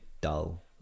dull